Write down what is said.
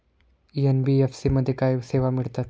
NBFC मध्ये काय सेवा मिळतात?